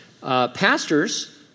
Pastors